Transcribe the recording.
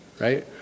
right